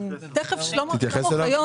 תכף שלמה אוחיון